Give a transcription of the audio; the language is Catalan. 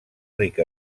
ric